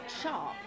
sharp